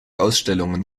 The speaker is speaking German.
ausstellungen